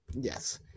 Yes